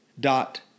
dot